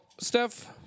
Steph